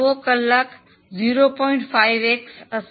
5x હશે